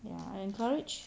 ya I encourage